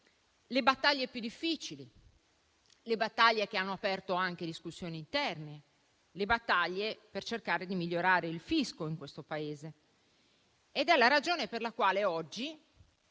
le battaglie più difficili, quelle che hanno aperto anche discussioni interne, per cercare di migliorare il fisco in questo Paese. È la ragione per la quale oggi